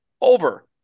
over